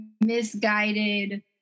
misguided